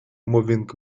moving